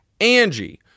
Angie